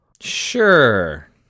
Sure